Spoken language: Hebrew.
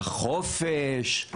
חופש,